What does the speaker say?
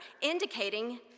indicating